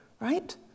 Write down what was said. right